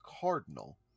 cardinal